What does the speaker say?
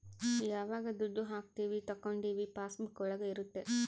ಯಾವಾಗ ದುಡ್ಡು ಹಾಕೀವಿ ತಕ್ಕೊಂಡಿವಿ ಪಾಸ್ ಬುಕ್ ಒಳಗ ಇರುತ್ತೆ